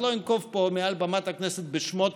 אז לא אנקוב פה מעל במת הכנסת בשמות